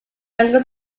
younger